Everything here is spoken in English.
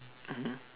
mmhmm